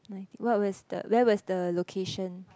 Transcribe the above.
ninety what was the where was the location